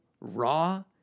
raw